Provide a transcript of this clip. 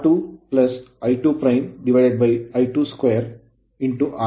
ಅದು ಆಗುತ್ತದೆ R2 I2 I2 2 R1